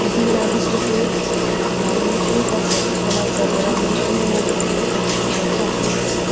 जिल्ला विष्णुपुरमा निःशुल्क खोप उपलब्ध गराउने कुनै नजिकैको खोप केन्द्र छ